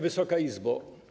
Wysoka Izbo!